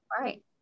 Right